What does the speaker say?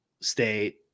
state